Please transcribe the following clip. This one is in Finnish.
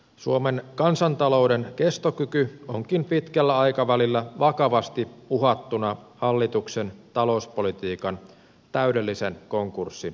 suomen kansantalouden kestokyky onkin pitkällä aikavälillä vakavasti uhattuna hallituksen talouspolitiikan täydellisen konkurssin myötä